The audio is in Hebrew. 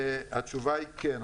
התשובה היא כן,